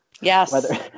Yes